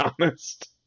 honest